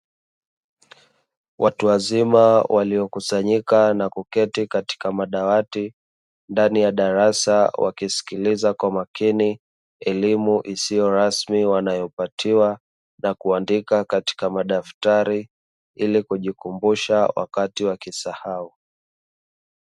Watu wazima waliokusanyika na kuketi katika madawati ndani ya darasa, wakisikiliza kwa umakini elimu isiyo rasmi wanayopatiwa na kuandika katika madaftari ili kujikumbusha wakati wakisahau.